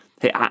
Hey